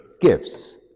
gifts